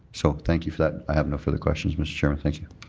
so thank you for that. i have no further questions, mr. chairman. thank you.